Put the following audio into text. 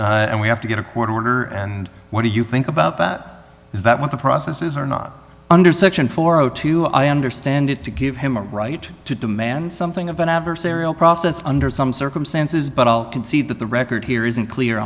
later and we have to get a court order and what do you think about is that what the processes are not under section four o two i understand it to give him a right to demand something of an adversarial process under some circumstances but i'll concede that the record here isn't clear